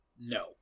No